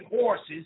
horses